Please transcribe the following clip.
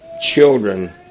children